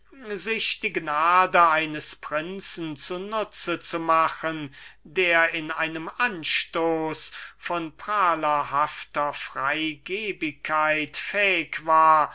sich die gnade eines prinzen zu nutzen zu machen der in einem anstoß von prahlerhafter freigebigkeit fähig war